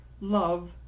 Love